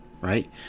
Right